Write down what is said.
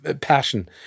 passion